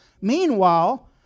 Meanwhile